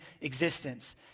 existence